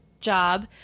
job